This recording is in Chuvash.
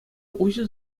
уҫӑ